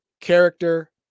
character